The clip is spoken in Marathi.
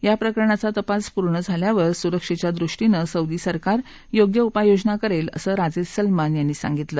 या प्रकरणाचा तपास पूर्ण झाल्यावर सुरक्षेच्या दृष्टीनं सौदी सरकार योग्य उपाययोजना करेल असं राजे सलमान यांनी सांगितलं